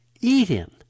eating